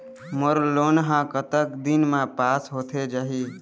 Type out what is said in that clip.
मोर loan हा कतक दिन मा पास होथे जाही?